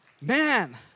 man